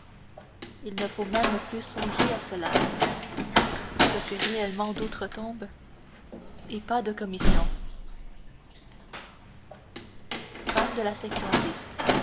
il ne faut même plus songer à cela je suis réellement d'outre-tombe et pas de commissions